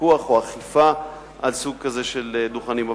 פיקוח או אכיפה על סוג כזה של דוכנים.